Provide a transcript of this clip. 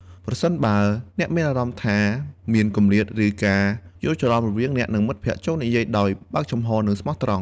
ប្រសិនបើអ្នកមានអារម្មណ៍ថាមានគម្លាត ឬការយល់ច្រឡំរវាងអ្នក និងមិត្តភក្តិ ចូរនិយាយដោយបើកចំហរ និងស្មោះត្រង់។